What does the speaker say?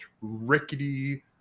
rickety